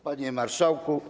Panie Marszałku!